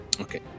Okay